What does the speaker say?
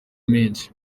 menshi